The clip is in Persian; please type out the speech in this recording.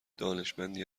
دانشمندی